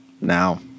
now